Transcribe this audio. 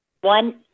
One